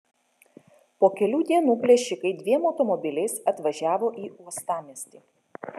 po kelių dienų plėšikai dviem automobiliais atvažiavo į uostamiestį